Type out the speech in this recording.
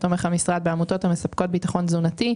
תומך המשרד בעמותות המספקות ביטחון תזונתי.